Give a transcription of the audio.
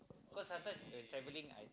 because sometimes you can traveling and